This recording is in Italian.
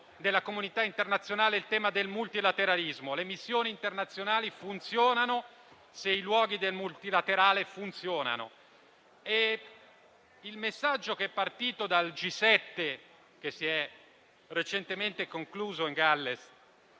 della comunità internazionale il tema del multilateralismo. Le missioni internazionali funzionano se i luoghi del multilaterale funzionano, e il messaggio che è partito dal G7, che si è recentemente concluso in Galles,